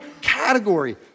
category